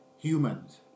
humans